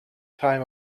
time